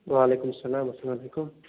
وعلیکُم السلام السلام علیکُم